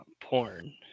porn